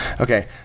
Okay